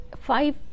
five